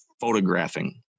photographing